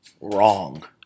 Wrong